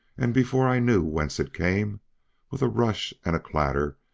and before i knew whence it came with a rush and a clatter,